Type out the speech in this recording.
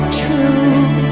true